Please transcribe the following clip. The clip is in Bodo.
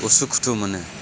उसुखुथु मोनो